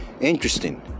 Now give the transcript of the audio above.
Interesting